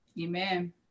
Amen